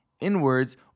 inwards